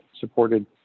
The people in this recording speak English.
supported